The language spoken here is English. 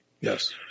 Yes